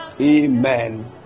Amen